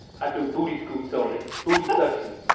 i do booty scoots on it. booty suction.